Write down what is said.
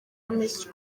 miss